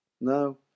No